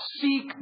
seek